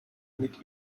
mit